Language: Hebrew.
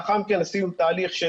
לאחר מכן עשינו תהליך של